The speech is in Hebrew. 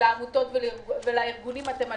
לעמותות ולארגונים, אתם על